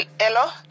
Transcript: Hello